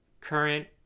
current